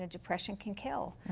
ah depression can kill.